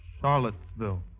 Charlottesville